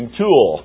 tool